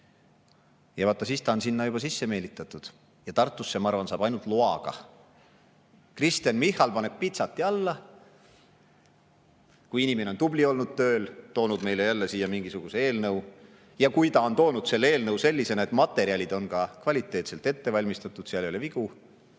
Ja vaata, siis ta on sinna [rõngasse] juba sisse meelitatud ja Tartusse, ma arvan, saab ainult loaga, Kristen Michal paneb pitsati alla. Kui inimene on tööl tubli olnud, toonud meile jälle siia mingisuguse eelnõu ja kui ta on toonud selle eelnõu sellisena, et materjalid on ka kvaliteetselt ette valmistatud, seal ei ole vigu,